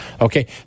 Okay